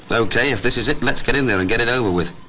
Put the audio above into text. so okay, if this is it, let's get in there and get it over with.